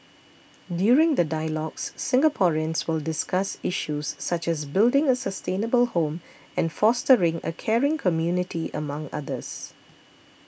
during the dialogues Singaporeans will discuss issues such as building a sustainable home and fostering a caring community among others